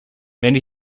many